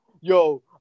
yo